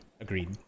Agreed